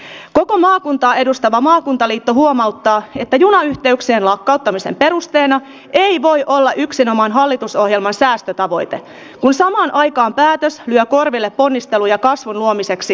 koko maakuntaa edustava maakuntaliitto huomauttaa että junayhteyksien lakkauttamisen perusteena ei voi olla yksinomaan hallitusohjelman säästötavoite kun samaan aikaan päätös lyö korville ponnisteluja kasvun luomiseksi maakunnassa